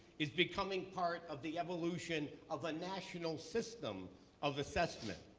is becoming part of the evolution of a national system of assessment.